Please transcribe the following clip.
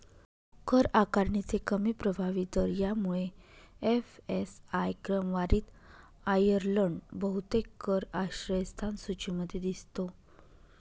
कर आकारणीचे कमी प्रभावी दर यामुळे एफ.एस.आय क्रमवारीत आयर्लंड बहुतेक कर आश्रयस्थान सूचीमध्ये दिसतो